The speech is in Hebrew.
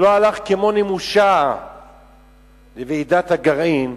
שלא הלך כמו נמושה לוועידת הגרעין.